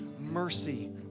Mercy